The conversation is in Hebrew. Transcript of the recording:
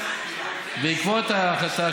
בעקבות ההחלטה,